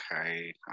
Okay